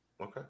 Okay